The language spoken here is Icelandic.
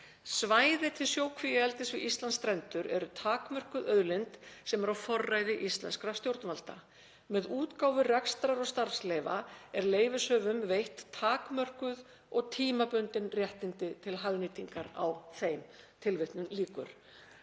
„Svæði til sjókvíaeldis við Íslandsstrendur eru takmörkuð auðlind sem er á forræði íslenskra stjórnvalda. Með útgáfu rekstrar- og starfsleyfa eru leyfishöfum veitt takmörkuð og tímabundin réttindi til hagnýtingar á þessari sameiginlegu